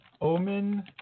Omen